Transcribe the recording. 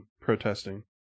protesting